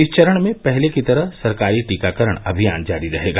इस चरण में पहले की तरह सरकारी टीकाकरण अभियान जारी रहेगा